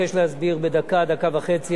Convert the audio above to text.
אני מתאר לעצמי: הצעה ברורה,